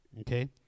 Okay